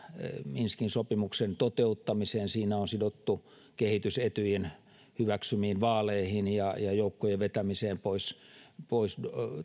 minskin sopimuksen toteuttamiseen siinä on sidottu kehitys etyjin hyväksymiin vaaleihin ja ja joukkojen vetämiseen pois pois